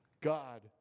God